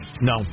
No